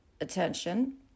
attention